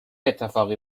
اتفاقی